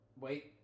Wait